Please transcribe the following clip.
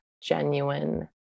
genuine